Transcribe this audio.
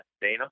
Dana